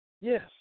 Yes